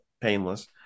painless